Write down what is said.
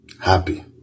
happy